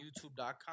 YouTube.com